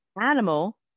animal